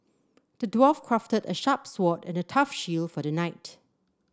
the dwarf crafted a sharp sword and a tough shield for the knight